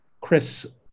Chris